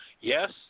Yes